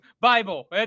Bible